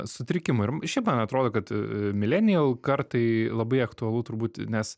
sutrikimų ir šiaip man atrodo kad milenijel kartai labai aktualu turbūt nes